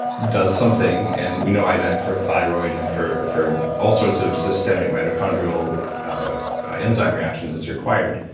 does something and we know iodine for thyroid and for for all sorts of systemic mitochondrial enzyme reaction that's required.